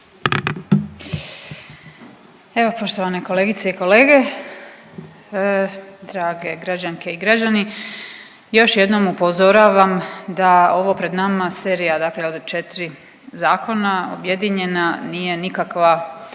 Evo poštovane kolegice i kolege drage građanke i građani, još jednom upozoravam da ovo pred nama, serija dakle od 4 zakona objedinjena nije nikakva,